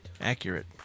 accurate